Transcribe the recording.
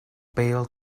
bêl